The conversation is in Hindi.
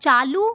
चालू